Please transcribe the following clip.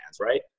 right